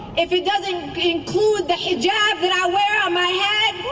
if it doesn't include the hijab that i wear on my head,